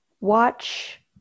watch